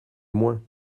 moins